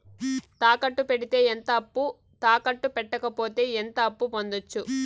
తాకట్టు పెడితే ఎంత అప్పు, తాకట్టు పెట్టకపోతే ఎంత అప్పు పొందొచ్చు?